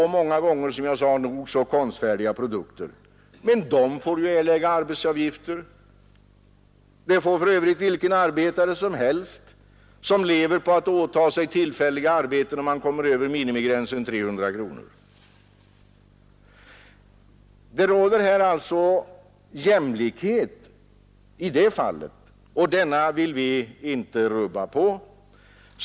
Men dessa handikappade får ju erlägga arbetsgivaravgifter. Det får för övrigt vilken arbetare som helst som lever på att åta sig tillfälliga arbeten, om han kommer över minimigränsen 300 kronor. Det råder alltså jämlikhet i det fallet, och denna vill vi inte rubba på.